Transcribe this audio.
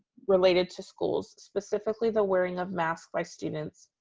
related to schools, specifically the wearing of masks by students,